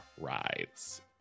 rides